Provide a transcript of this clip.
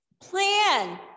Plan